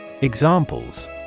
Examples